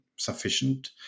sufficient